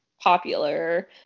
popular